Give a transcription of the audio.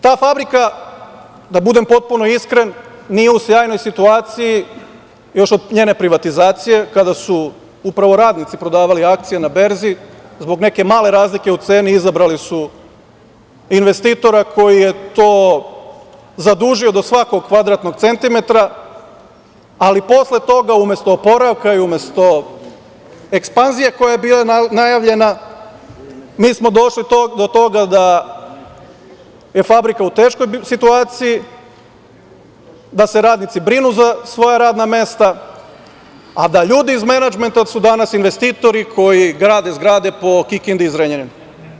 Ta fabrika, da budem potpuno iskren, nije u sjajnoj situaciji, još od njene privatizacije kada su upravo radnici prodavali akcije na berzi, zbog neke male razlike u ceni, izabrali su investitora koji je to zadužio do svakog kvadratnog centimetra, ali posle toga, umesto oporavka i umesto ekspanzije koja je bila najavljena, mi smo došli do toga da je fabrika u teškoj situaciji, da se radnici brinu za svoja radna mesta , a da ljudi iz menadžmenta, to su danas investitori koji grade zgrade po Kikindi i Zrenjaninu.